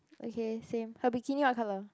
okay same her bikini what colour